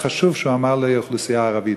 וזה על משפט חשוב שהוא אמר לאוכלוסייה הערבית: